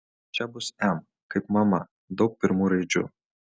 čia bus m kaip mama daug pirmų raidžių